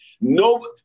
no